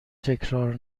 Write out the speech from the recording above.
تکرار